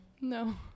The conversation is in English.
No